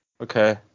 Okay